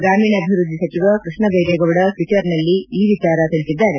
ಗ್ರಾಮೀಣಾಭಿವೃದ್ಧಿ ಸಚಿವ ಕೃಷ್ಣಭೈರೇಗೌಡ ಟ್ವೀಟರ್ನಲ್ಲಿ ಈ ವಿಚಾರ ತಿಳಿಸಿದ್ದಾರೆ